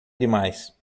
demais